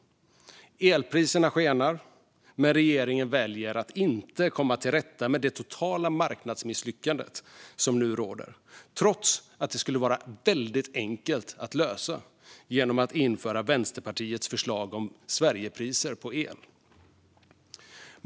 Elpriserna skenar, men regeringen väljer att inte komma till rätta med det totala marknadsmisslyckande som nu råder, trots att det skulle vara väldigt enkelt att lösa genom att införa Vänsterpartiets förslag om Sverigepriser på el.